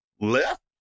left